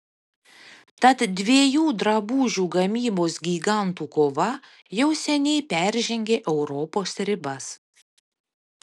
tad dviejų drabužių gamybos gigantų kova jau seniai peržengė europos ribas